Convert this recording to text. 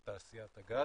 של תעשיית הגז,